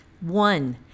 one